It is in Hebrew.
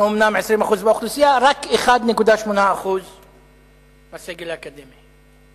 אנחנו אומנם 20% באוכלוסייה, רק 1.8% בסגל האקדמי.